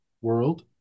world